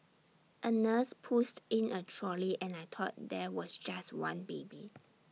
A nurse pushed in A trolley and I thought there was just one baby